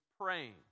praying